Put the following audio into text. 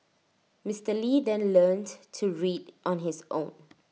Mister lee then learnt to read on his own